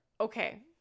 okay